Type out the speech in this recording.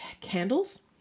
candles